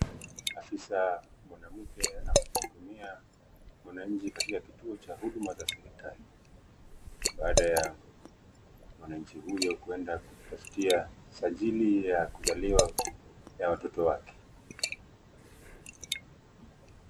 Afisa mwanamke anamhudumia mwananchi katika kituo cha huduma za serikali, baada ya mwananchi huyo kwenda kujitafutia sajili ya kuzaliwa ya watoto wake.